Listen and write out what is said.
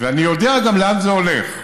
ואני יודע גם לאן זה הולך: